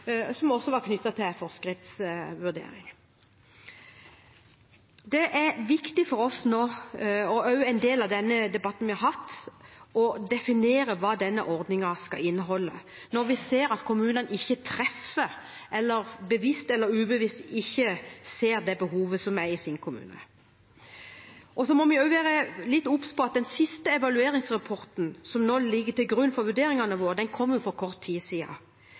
som også var knyttet til forskriftsvurdering. Det er viktig for oss nå og også en del av den debatten vi har hatt, å definere hva denne ordningen skal inneholde når vi ser at kommunene ikke treffer, eller bevisst eller ubevisst ikke ser det behovet som er i deres kommune. Så må vi også være litt obs på at den siste evalueringsrapporten, som nå ligger til grunn for vurderingene våre, kom for kort tid